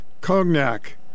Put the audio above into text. Cognac